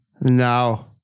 No